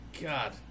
God